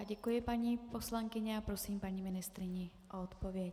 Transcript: Děkuji, paní poslankyně, a prosím paní ministryni o odpověď.